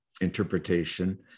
interpretation